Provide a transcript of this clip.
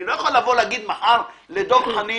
אני לא יכול לבוא ולהגיד מחר לדב חנין,